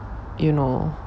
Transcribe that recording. you know